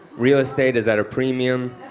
real estate is at a premium.